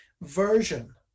version